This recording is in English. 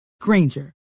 Granger